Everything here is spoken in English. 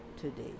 today